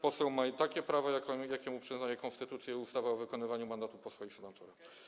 Poseł ma takie prawa, jakie mu przyznaje konstytucja i ustawa o wykonywaniu mandatu posła i senatora.